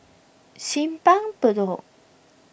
Simpang Bedok